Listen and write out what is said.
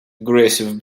aggressive